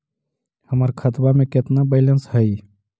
हमर खतबा में केतना बैलेंस हई?